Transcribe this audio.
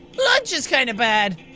lunch is kinda bad.